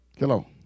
Hello